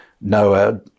Noah